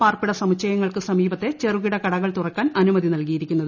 പാർപ്പിട സമുച്ചയങ്ങൾക്ക് സമീപത്തെ ചെറുകിട കടകൾ തുറക്കാൻ അനുമതി നൽകിയിരിക്കുന്നത്